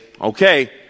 okay